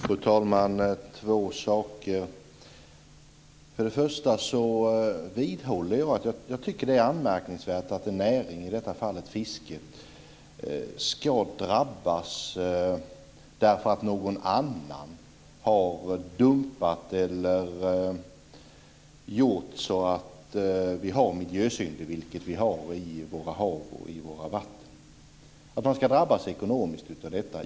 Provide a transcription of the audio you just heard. Fru talman! Två saker. För det första vidhåller jag att det är anmärkningsvärt att en näring, i detta fall fisket, ska drabbas ekonomiskt av att någon annan har dumpat eller gjort så att vi har miljösynder, vilket vi har, i våra hav och i våra vatten.